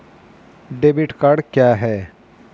Debit card क्या है?